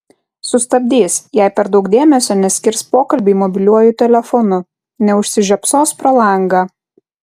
sustabdys jei per daug dėmesio neskirs pokalbiui mobiliuoju telefonu neužsižiopsos pro langą